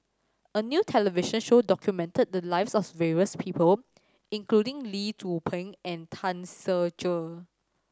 a new television show documented the lives of various people including Lee Tzu Pheng and Tan Ser Cher